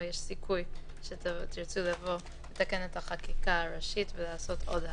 ויש סיכוי שתרצו לתקן את החקיקה הראשית ולעשות עוד הארכה,